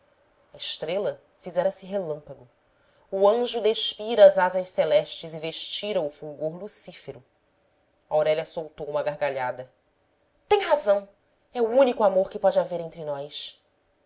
a estrela fizera-se relâmpago o anjo despira as asas celestes e vestira o fulgor lucífero aurélia soltou uma gargalhada tem razão é o único amor que pode haver entre nós